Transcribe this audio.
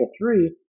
three